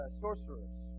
sorcerers